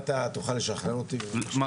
אני